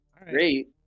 Great